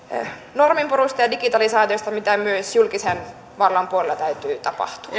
norminpurusta ja digitalisaatiosta mitä myös julkisen vallan puolella täytyy tapahtua